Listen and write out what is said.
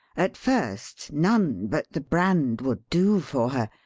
at first none but the brand would do for her,